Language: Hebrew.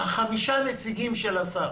חמישה הנציגים של השר